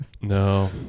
No